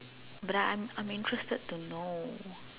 but I'm I'm I'm interested to know